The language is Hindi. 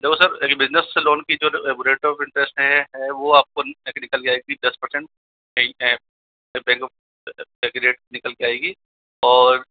देखो सर एक बिजनेस पे लोन की जो रेट ऑफ इंटरेस्ट है है वो आपको एक निकल के आएगी दस पर्सेंट रेट निकल के आएगी और